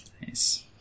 Nice